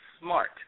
smart